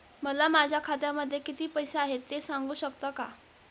मला माझ्या खात्यामध्ये किती पैसे आहेत ते सांगू शकता का?